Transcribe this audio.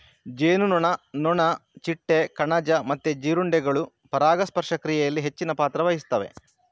ಜೇನುನೊಣ, ನೊಣ, ಚಿಟ್ಟೆ, ಕಣಜ ಮತ್ತೆ ಜೀರುಂಡೆಗಳು ಪರಾಗಸ್ಪರ್ಶ ಕ್ರಿಯೆನಲ್ಲಿ ಹೆಚ್ಚಿನ ಪಾತ್ರ ವಹಿಸ್ತವೆ